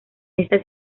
esta